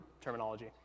terminology